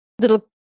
little